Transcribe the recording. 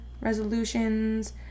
resolutions